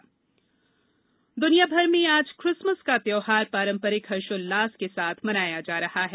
Christmas दुनियाभर में आज क्रिसमस का त्यौहार पारंपरिक हर्षोल्लास के साथ मनाया जा रहा है